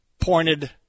pointed